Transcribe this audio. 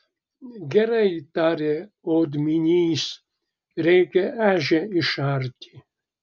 gerai tarė odminys reikia ežią išarti